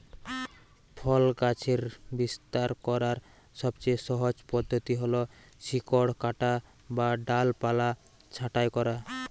ফল গাছের বিস্তার করার সবচেয়ে সহজ পদ্ধতি হল শিকড় কাটা বা ডালপালা ছাঁটাই করা